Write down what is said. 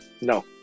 no